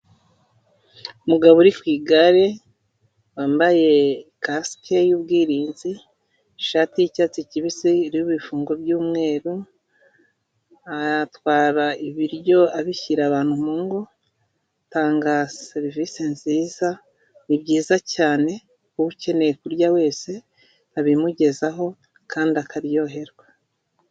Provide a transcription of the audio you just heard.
Umugabo uri ku igare wambaye kasike y'ubwirinzi, ishati y'icyatsi kibisi iriho ibifungo by'umweru, atwara ibiryo abishyira abantu mu ngo, atanga serivisie nziza, ni byiza cyane ukeneye kurya wese abimugezaho kandi akaryoherwa.